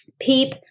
PEEP